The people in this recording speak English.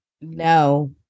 No